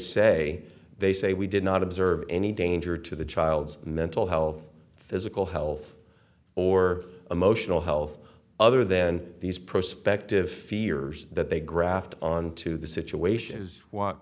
say they say we did not observe any danger to the child's mental health physical health or emotional health other then these prospected fears that they grafted onto the